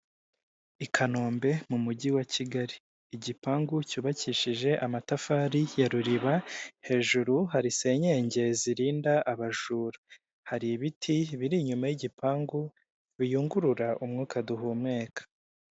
I kanombe mu mujyi wa kigali igipangu cyubakishije amatafari ya ruriba hejuru harisenyenge zirinda abajura, hari ibiti biri inyuma y'igipangu biyungurura umwuka duhumeka.